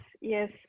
yes